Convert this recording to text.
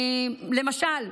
למשל,